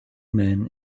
men